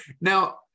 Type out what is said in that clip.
Now